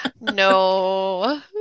No